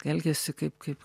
elgėsi kaip kaip